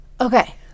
Okay